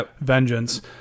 Vengeance